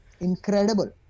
incredible